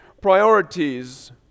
priorities